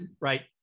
right